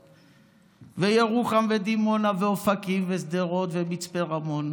וירוחם ודימונה ואופקים ושדרות ומצפה רמון,